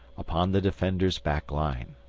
upon the defender's back line.